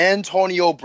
Antonio